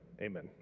Amen